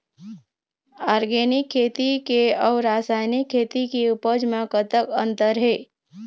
Organic खेती के अउ रासायनिक खेती के उपज म कतक अंतर हे?